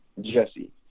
Jesse